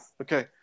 okay